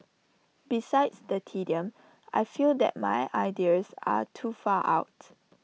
besides the tedium I feel that my ideas are too far out